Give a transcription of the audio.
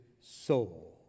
soul